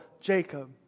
Jacob